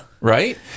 Right